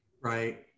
Right